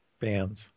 bands